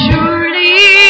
Surely